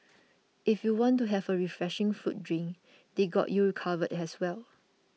if you want to have a refreshing fruit drink they got you covered as well